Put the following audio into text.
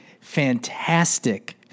fantastic